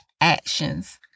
actions